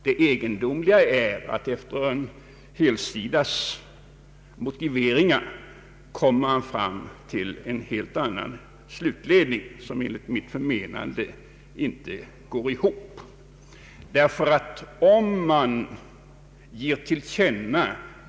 Det egendomliga är att efter en hel sida med motiveringar kommer man fram till en helt annan slutledning, som enligt mitt förmenande inte går ihop med motiveringarna.